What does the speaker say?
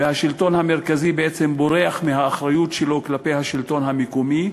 השלטון המרכזי בעצם בורח מהאחריות שלו כלפי השלטון המקומי.